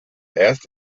erst